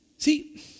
See